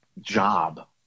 job